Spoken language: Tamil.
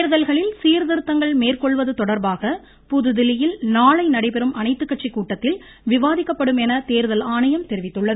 தேர்தல்களில் சீர்திருத்தங்கள் மேற்கொள்வது தொடர்பாக புதுதில்லியில் நாளை நடைபெறும் அனைத்துக்கட்சி கூட்டத்தில் விவாதிக்கப்படும் என தேர்தல் ஆணையம் தெரிவித்துள்ளது